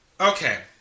Okay